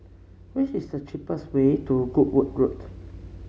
what is the cheapest way to Goodwood Road